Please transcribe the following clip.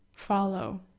follow